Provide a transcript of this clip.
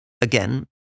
again